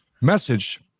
message